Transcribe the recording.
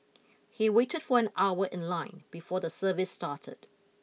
he waited for an hour in line before the service started